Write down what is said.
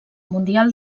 mundial